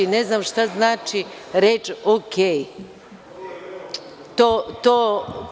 Ne znam šta znači reč o-kej?